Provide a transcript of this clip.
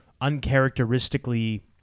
uncharacteristically